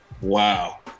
Wow